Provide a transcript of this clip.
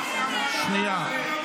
שנייה.